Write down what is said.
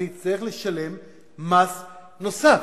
אני אצטרך לשלם מס נוסף,